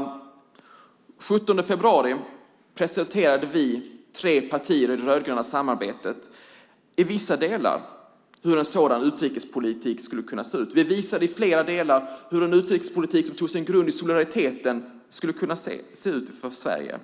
Den 17 februari presenterade vi tre partier i det rödgröna samarbetet i vissa delar hur en sådan utrikespolitik skulle kunna se ut. Vi visade i flera delar hur en utrikespolitik som tar sin grund i solidariteten skulle kunna se ut för Sverige.